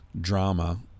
drama